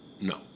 No